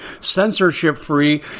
censorship-free